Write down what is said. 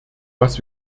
was